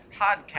podcast